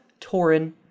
Torin